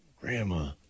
Grandma